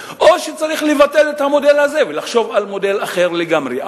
או שצריך לבטל את המודל הזה ולחשוב על מודל אחר לגמרי.